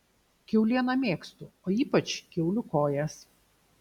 kiaulieną mėgstu o ypač kiaulių kojas